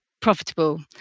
profitable